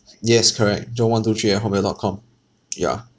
yes correct john one two three at hot mail dot com ya